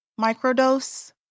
microdose